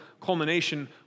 culmination